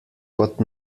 kot